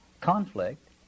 conflict